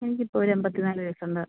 എനിക്കിപ്പോൾ ഒരു എൺപത്തിനാല് വയസ്സുണ്ട്